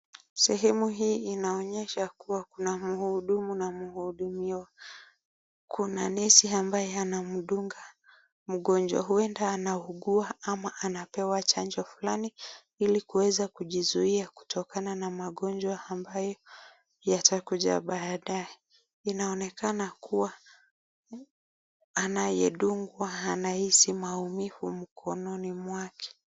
Sehemu hii inaonyesha kua kuna muhudumu na muhudumiwa. Kuna [nurse]ambae anamdunga mgonjwa. Huenda anaugua ama anapewa chanjo fulani ili kuweza kujizuia kutokana na magonjwa ambayo yatakuja baadae. Inaonekana kua anayedungwa anahisi maumivu mikononi mwake.